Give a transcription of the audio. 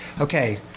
Okay